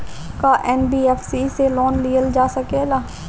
का एन.बी.एफ.सी से लोन लियल जा सकेला?